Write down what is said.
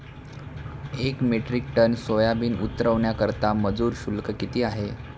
एक metric ton soybean उतरवण्याकरता मजूर शुल्क किती आहे?